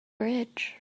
bridge